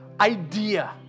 idea